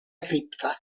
cripta